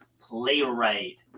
playwright